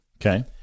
Okay